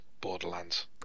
Borderlands